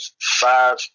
five